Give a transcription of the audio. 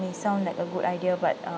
may sound like a good idea but uh